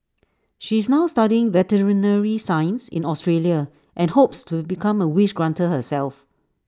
she is now studying veterinary science in Australia and hopes to become A wish granter herself